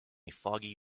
foggy